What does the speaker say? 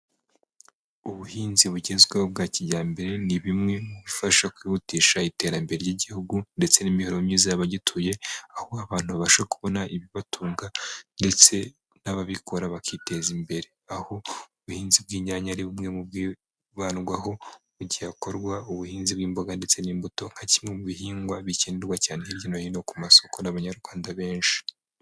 Ubuhinzi bugezweho bwa kijyambere ni bimwe mu bifasha kwihutisha iterambere ry'igihugu ndetse n'imibereho myiza y'abagituye, aho abantu babasha kubona ibibatunga ndetse n'ababikora bakiteza imbere. Aho ubuhinzi bw'inyanya ari bumwe mu bwibandwaho mu gihe hakorwa ubuhinzi bw'imboga ndetse n'imbuto nka kimwe mu bihingwa bikenerwa cyane hirya no hino ku masoko n'abanyarwanda benshi.